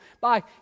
Bye